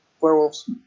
Werewolves